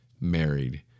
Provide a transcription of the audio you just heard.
married